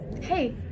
Hey